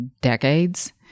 decades